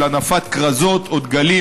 הנפת כרזות או דגלים,